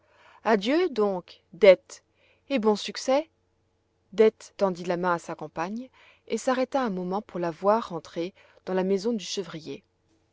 adieu donc dete et bon succès dete tendit la main à sa compagne et s'arrêta un moment pour la voir entrer dans la maison du chevrier